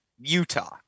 Utah